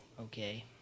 Okay